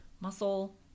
muscle